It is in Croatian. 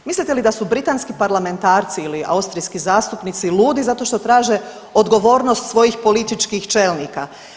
Mislite li da su britanski parlamentarci ili austrijski zastupnici ludi zato što traže odgovornost svojih političkih čelnika?